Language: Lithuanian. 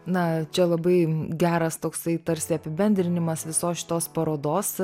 na čia labai geras toksai tarsi apibendrinimas visos šitos parodos